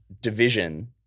division